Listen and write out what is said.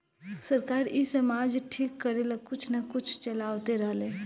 सरकार इ समाज ठीक करेला कुछ न कुछ चलावते रहेले